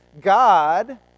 God